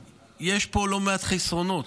יש פה לא מעט חסרונות,